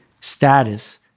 status